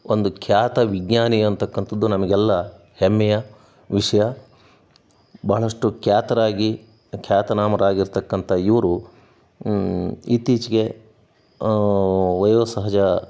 ಒಂದು ಖ್ಯಾತ ವಿಜ್ಞಾನಿ ಅಂತಕ್ಕಂಥದ್ದು ನಮಗೆಲ್ಲ ಹೆಮ್ಮೆಯ ವಿಷಯ ಬಹಳಷ್ಟು ಖ್ಯಾತರಾಗಿ ಖ್ಯಾತನಾಮರಾಗಿರ್ತಕ್ಕಂಥ ಇವರು ಇತ್ತೀಚೆಗೆ ವಯೋಸಹಜ